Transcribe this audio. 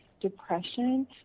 depression